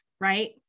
right